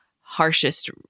harshest